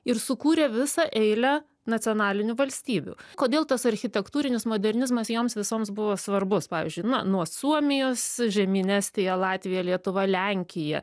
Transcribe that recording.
ir sukūrė visą eilę nacionalinių valstybių kodėl tas architektūrinis modernizmas joms visoms buvo svarbus pavyzdžiui na nuo suomijos žemyn estija latvija lietuva lenkija